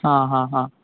ಹಾಂ ಹಾಂ ಹಾಂ